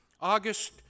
August